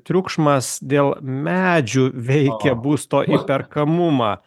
triukšmas dėl medžių veikia būsto įperkamumą